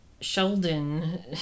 Sheldon